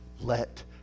Let